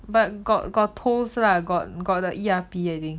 but got got tolls lah got got the E_R_P I think